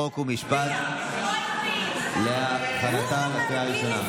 חוק ומשפט לקראת הכנתה לקריאה הראשונה.